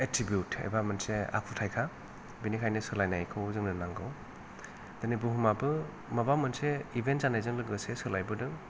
attribute एबा मोनसे आखुथायखा बेनिखायनो सोलायनायखौ जोंनो नांगौ दिनै बुहुमाबो माबा मोनसे इभेनट जानायजों लोगोसे सोलायबोदों